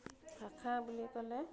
ভাষা বুলি ক'লে